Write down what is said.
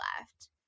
left